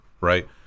right